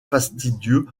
fastidieux